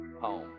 home